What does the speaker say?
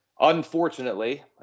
unfortunately